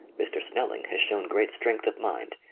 mr. snelling has shown great strength of mind,